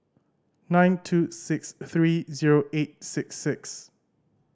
nine two six three zero eight six six